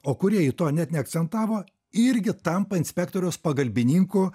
o kūrėjai to net neakcentavo irgi tampa inspektoriaus pagalbininku